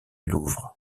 louvre